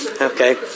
Okay